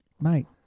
Mate